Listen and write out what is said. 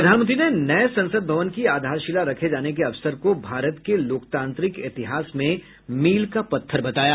प्रधानमंत्री ने नये संसद भवन की आधारशिला रखे जाने के अवसर को भारत के लोकतांत्रिक इतिहास में मील का पत्थर बताया